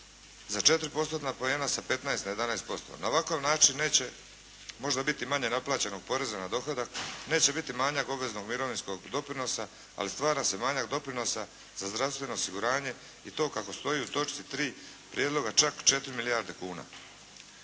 postotna poena sa 15 na 11%. Na ovakav način neće možda biti manje naplaćenog poreza na dohodak, neće biti manjak obveznog mirovinskog doprinosa, ali stvara se manjak doprinosa za zdravstveno osiguranje i to kako stoji u točci 3. prijedloga čak četiri milijarde kuna.